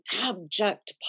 abject